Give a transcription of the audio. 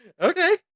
Okay